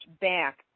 back